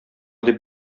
дип